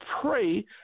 pray –